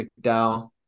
McDowell